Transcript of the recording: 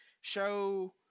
show